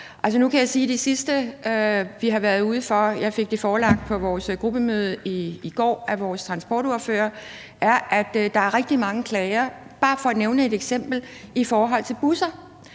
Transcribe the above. Nu kan jeg sige, at det sidste, vi har været ude for – jeg fik det forelagt på vores gruppemøde i går af vores transportordfører – er, at der er rigtig mange klager, for bare at nævne et eksempel, i forhold til busser,